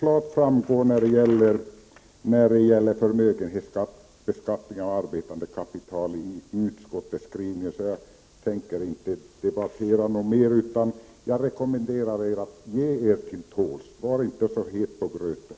Vad som gäller om förmögenhetsbeskattningen på arbetande kapital framgår klart av utskottets skrivning, varför jag inte ytterligare skall debattera den saken. Jag rekommenderar er att ge er till tåls och inte vara så heta på gröten.